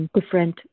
different